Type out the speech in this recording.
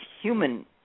human